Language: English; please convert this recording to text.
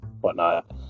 whatnot